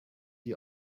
die